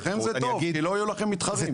לכם זה טוב כי לא יהיו לכם מתחרים.